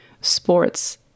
Sports